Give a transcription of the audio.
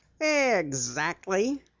Exactly